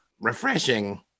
refreshing